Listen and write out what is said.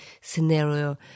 scenario